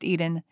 Eden